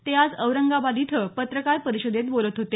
ते आज औरंगाबाद इथं पत्रकार परिषदेत बोलत होते